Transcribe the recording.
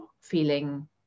feeling